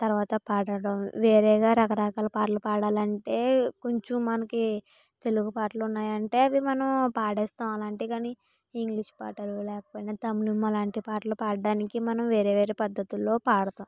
తర్వాత పాడడం వేరేగా రకరకాల పాటలు పాడాలంటే కొంచం మనకు తెలుగు పాటలు ఉన్నాయంటే అవి మనం పడేస్తాం అలాంటి గాని ఇంగ్లీష్ పాటలు లేకపోయిన తమిళం అలాంటి పాటలు పాడడానికి మనం వేరే వేరే పద్ధతులలో పాడతాం